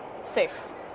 Six